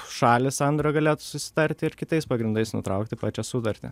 šalys sandorio galėtų susitarti ir kitais pagrindais nutraukti pačią sutartį